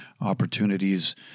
opportunities